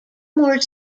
more